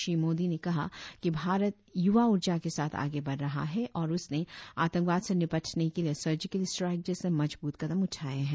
श्री मोदी ने कहा कि भारत युवा ऊर्जा के साथ आगे बढ़ रहा है और उसने आंतकवाद से निपटने के लिए सर्जिकल सट्राइक जैसे मजबूत कदम उठाए हैं